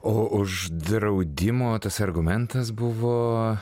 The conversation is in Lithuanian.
o už draudimo tas argumentas buvo